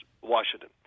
Washington